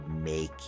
make